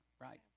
right